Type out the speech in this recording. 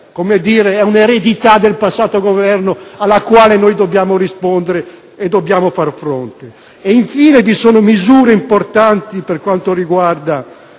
come dire, è un'eredita del passato Governo alla quale dobbiamo rispondere e dobbiamo far fronte. Infine, vi sono misure importanti per quanto riguarda